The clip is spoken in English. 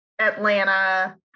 Atlanta